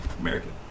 American